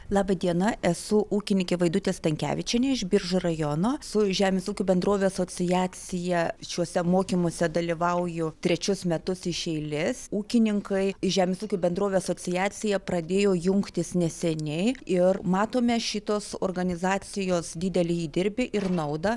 laba diena esu ūkininkė vaidutė stankevičienė iš biržų rajono su žemės ūkio bendrovių asociacija šiuose mokymuose dalyvauju trečius metus iš eilės ūkininkai į žemės ūkio bendrovių asociacija pradėjo jungtis neseniai ir matome šitos organizacijos didelį įdirbį ir naudą